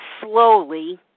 slowly